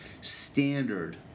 standard